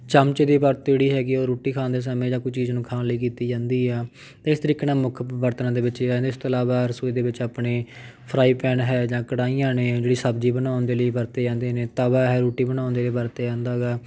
ਚਮਚੇ ਦੀ ਵਰਤੋਂ ਜਿਹੜੀ ਹੈਗੀ ਆ ਉਹ ਰੋਟੀ ਖਾਣ ਦੇ ਸਮੇਂ ਜਾਂ ਕੋਈ ਚੀਜ਼ ਨੂੰ ਖਾਣ ਲਈ ਕੀਤੀ ਜਾਂਦੀ ਆ ਅਤੇ ਇਸ ਤਰੀਕੇ ਨਾਲ ਮੁੱਖ ਬਰਤਨਾਂ ਦੇ ਵਿੱਚ ਹੀ ਆ ਜਾਂਦੇ ਇਸ ਤੋਂ ਇਲਾਵਾ ਰਸੋਈ ਦੇ ਵਿੱਚ ਆਪਣੇ ਫਰਾਈਪੈਨ ਹੈ ਜਾਂ ਕੜਾਹੀਆਂ ਨੇ ਜਿਹੜੀ ਸਬਜ਼ੀ ਬਣਾਉਣ ਦੇ ਲਈ ਵਰਤੇ ਜਾਂਦੇ ਨੇ ਤਵਾ ਹੈ ਰੋਟੀ ਬਣਾਉਣ ਦੇ ਲਈ ਵਰਤਿਆ ਜਾਂਦਾ ਹੈਗਾ